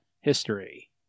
history